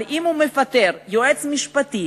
אבל אם הוא מפטר יועץ משפטי